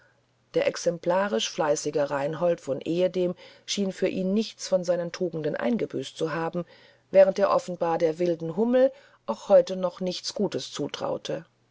der exemplarisch fleißige reinhold von ehedem schien für ihn nichts von seinen tugenden eingebüßt zu haben während er offenbar der wilden hummel auch heute noch nichts gutes zutraute